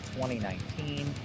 2019